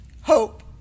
hope